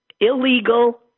illegal